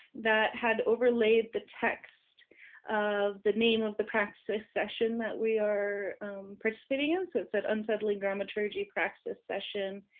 that had overlaid the text of the name of the praxis session that we are participating in. so it's said, unsettling dramaturgy praxis session.